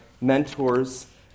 mentors